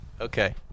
Okay